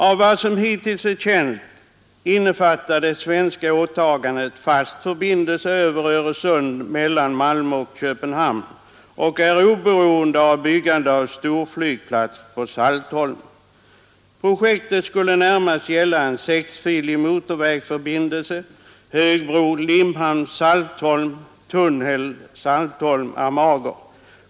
Av vad som hittills är känt innefattar det svenska åtagandet fast förbindelse över Öresund mellan Malmö och Köpenhamn och är oberoende av byggande av storflygplats på Saltholmen. Projektet skulle närmast gälla en sexfilig motorvägförbindelse med högbro Limhamn— Saltholm och tunnel Saltholm—Amager.